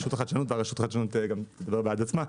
הרשות החדשנות, וגם הרשות החדשנות תדבר בעד עצמה.